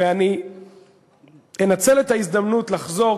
ואני אנצל את ההזדמנות לחזור,